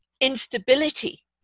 instability